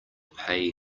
pay